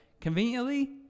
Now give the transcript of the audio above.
Conveniently